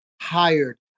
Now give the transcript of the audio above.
hired